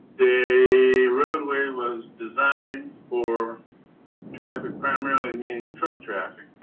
the roadway was designed for traffic, primarily meaning truck traffic,